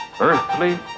Earthly